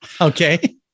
Okay